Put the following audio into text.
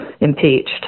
impeached